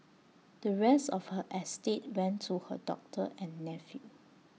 the rest of her estate went to her doctor and nephew